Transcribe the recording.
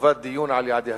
חובת דיון על יעדי התקציב).